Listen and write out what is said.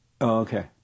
okay